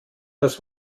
das